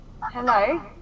hello